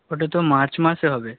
ওটা তো মার্চ মাসে হবে